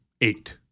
eight